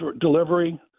delivery